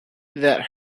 that